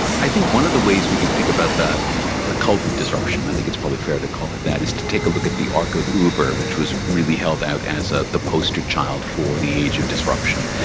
i think one of the ways we can think about the the cult of disruption, i think it's probably fair to call it that, is to take a look at the arc of uber which was really held out as ah the posterchild for the age of disruption.